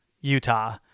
Utah